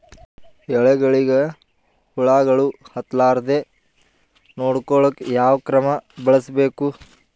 ಎಲೆಗಳಿಗ ಹುಳಾಗಳು ಹತಲಾರದೆ ನೊಡಕೊಳುಕ ಯಾವದ ಕ್ರಮ ಬಳಸಬೇಕು?